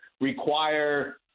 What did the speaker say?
require